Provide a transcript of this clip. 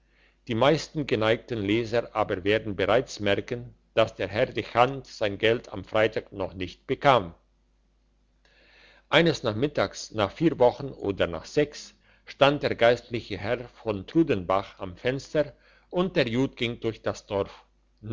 die meisten geneigten leser aber werden bereits merken dass der herr dechant sein geld am freitag noch nicht bekam eines nachmittags nach vier wochen oder nach sechs stand der geistliche herr von trudenbach am fenster und der jud ging durch das dorf